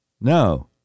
No